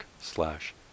slash